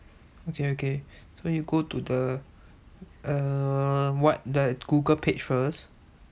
okay okay so you go to the err what the google page first